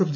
F